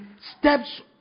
steps